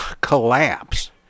Collapse